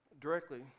directly